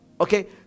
Okay